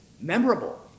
memorable